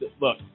look